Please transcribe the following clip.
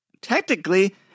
technically